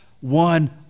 one